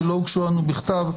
שלא הוגשו לנו בכתב,